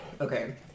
Okay